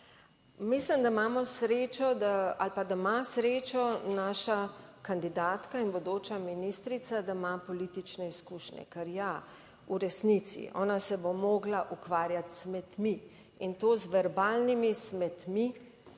Mislim, da imamo srečo ali pa da ima srečo naša kandidatka in bodoča ministrica, da ima politične izkušnje, ker ja, v resnici ona se bo morala ukvarjati s smetmi, in to z verbalnimi smetmi,